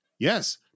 Yes